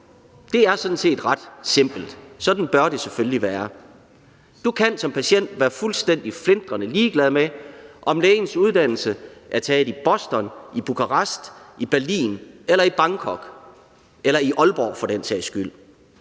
Det er sådan set ret simpelt. Sådan bør det selvfølgelig være. Du kan som patient være fuldstændig flintrende ligeglad med, om lægens uddannelse er taget i Boston, i Bukarest, i Berlin eller i Bangkok eller i Aalborg for den sags skyld.